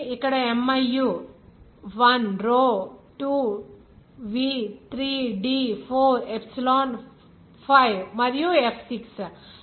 ఇక్కడ miu 1 rho 2 v 3 D 4 epsilon 5 మరియు F 6